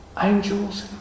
angels